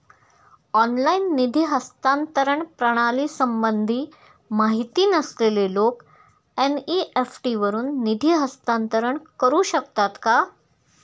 Online निधी हस्तांतरण प्रणालीसंबंधी माहिती नसलेले लोक एन.इ.एफ.टी वरून निधी हस्तांतरण करू शकतात का?